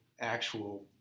actual